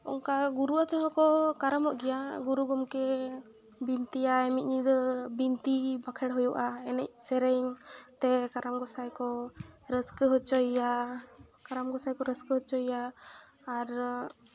ᱚᱱᱠᱟ ᱜᱩᱨᱩᱣᱟᱛᱮ ᱦᱚᱸᱠᱚ ᱠᱚ ᱠᱟᱨᱟᱢᱚᱜ ᱜᱮᱭᱟ ᱜᱩᱨᱩ ᱜᱚᱢᱠᱮ ᱵᱤᱱᱛᱤᱭᱟᱭ ᱢᱤᱫ ᱧᱤᱫᱟᱹ ᱵᱤᱱᱛᱤ ᱵᱟᱸᱠᱷᱮᱬ ᱦᱩᱭᱩᱜᱼᱟ ᱮᱱᱮᱡ ᱥᱮᱨᱮᱧ ᱛᱮ ᱠᱟᱨᱟᱢ ᱜᱚᱸᱥᱟᱭ ᱠᱚ ᱨᱟᱹᱥᱠᱟᱹ ᱦᱚᱪᱚᱭᱮᱭᱟ ᱠᱟᱨᱟᱢ ᱜᱚᱸᱥᱟᱭ ᱠᱚ ᱨᱟᱹᱥᱠᱟᱹ ᱦᱚᱪᱚᱭᱮᱭᱟ ᱟᱨ